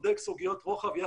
סגור עם חברי הוועדה או אתך,